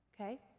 Okay